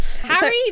harry